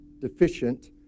deficient